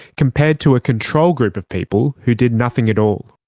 compared to a control group of people who did nothing at all.